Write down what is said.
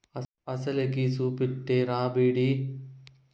అసలుకి, సూపెట్టే రాబడి మొత్తానికి మద్దెనుండే తేడానే ఈ పన్ను ఎగేత అనేది